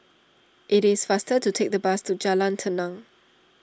it is faster to take the bus to Jalan Tenang